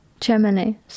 Germany